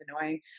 annoying